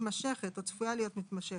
מתמשכת או צפויה להיות מתמשכת,